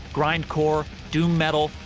grindcore, doom metal.